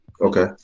Okay